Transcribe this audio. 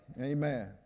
Amen